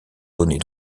données